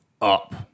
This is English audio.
up